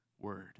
word